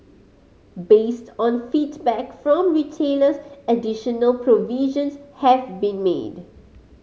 based on feedback from retailers additional provisions have been made